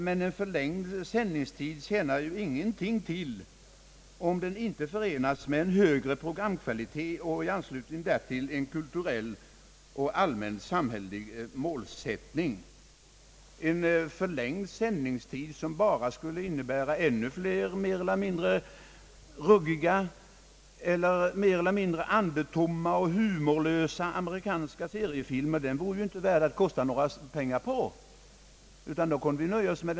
Men en förlängd sändningstid tjänar ju ingenting till om den inte förenas med en högre programkvalitet och i anslutning därtill en kulturell och allmänt samhällelig målsättning. En förlängd sändningstid som bara skulle innebära ännu fler mer eller mindre ruggiga eller andetomma och humorlösa amerikanska seriefilmer vore ju inte värd att kosta några pengar på.